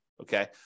Okay